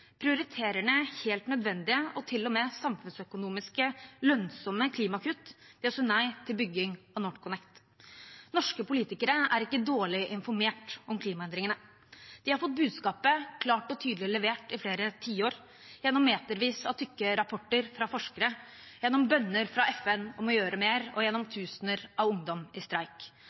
prioriterer ned helt nødvendige og til og med samfunnsøkonomisk lønnsomme klimakutt ved å si nei til bygging av NorthConnect. Norske politikere er ikke dårlig informert om klimaendringene. De har fått budskapet klart og tydelig levert i flere tiår gjennom metervis av tykke rapporter fra forskere, gjennom bønner fra FN om å gjøre mer, og gjennom tusener av ungdom i streik.